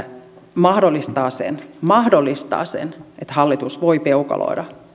mahdollistaa sen mahdollistaa sen että hallitus voi peukaloida